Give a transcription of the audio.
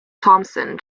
thomson